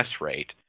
rate